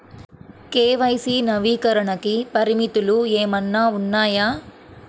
KYC నవీకరణకి పరిమితులు ఏమన్నా ఉన్నాయా?